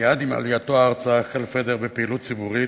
מייד עם עלייתו ארצה החל פדר בפעילות ציבורית,